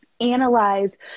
Analyze